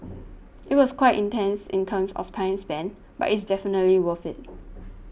it was quite intense in terms of time spent but it's definitely worth it